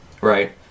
right